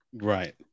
Right